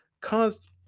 caused